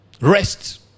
Rest